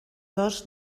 dos